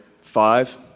five